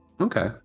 Okay